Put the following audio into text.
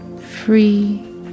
free